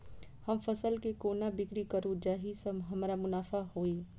हम फसल केँ कोना बिक्री करू जाहि सँ हमरा मुनाफा होइ?